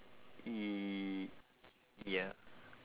ya